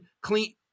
clean